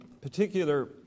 particular